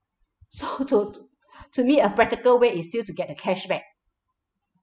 so to to to me a practical way is still to get the cashback